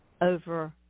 over